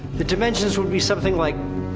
the dimensions would be something like.